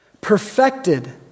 Perfected